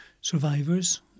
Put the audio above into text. survivors